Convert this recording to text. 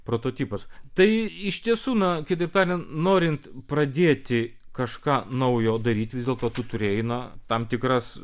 prototipas tai iš tiesų na kitaip tariant norint pradėti kažką naujo daryti vis dėlto tu turi na tam tikras